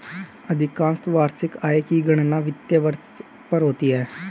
अधिकांशत वार्षिक आय की गणना वित्तीय वर्ष पर होती है